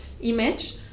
image